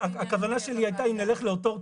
הכוונה שלי הייתה, אם נלך לאותו אורתופד,